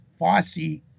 Fossey